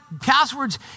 passwords